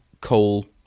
coal